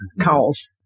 calls